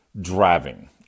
driving